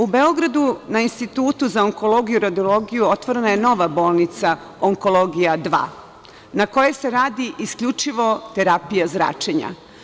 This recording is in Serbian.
U Beogradu, na Institutu za onkologiju i radiologiju otvorena je nova bolnica Onkologija dva, na kojoj se radi isključivo terapija zračenja.